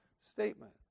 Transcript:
Statement